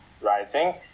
rising